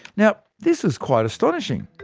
now this was quite astonishing.